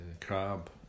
crab